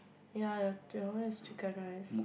ya your twenty one is chicken rice